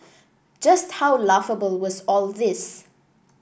just how laughable was all this